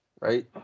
Right